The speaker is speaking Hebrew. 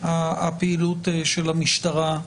הפעילות של המשטרה.